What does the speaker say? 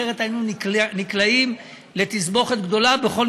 אחרת היינו נקלעים לתסבוכת גדולה בכל